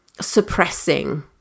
suppressing